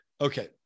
Okay